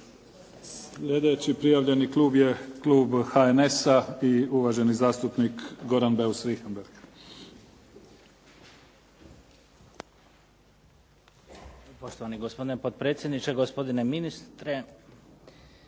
Slijedeći prijavljeni klub je klub HNS-a i uvaženi zastupnik Goran Beus Richembergh.